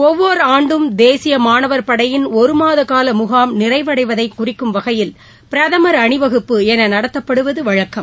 ஒவ்வொரு ஆண்டும் தேசிய மாணவர் படையின் ஒரு மாத கால முகாம் நிறைவடைவதை குறிக்கும்வகையில் பிரதமர் அணிவகுப்பு என நடத்தப்படுவது வழக்கம்